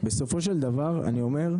בסופו של דבר אני אומר,